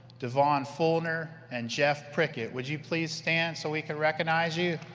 devon fullner and jeff prickett. will you please stand so we can recognize you?